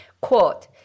Quote